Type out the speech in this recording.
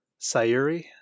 Sayuri